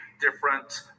different